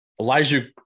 Elijah